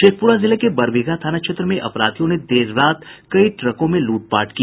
शेखपुरा जिले के बरबीघा थाना क्षेत्र में अपराधियों ने देर रात कई ट्रकों में लूटपाट की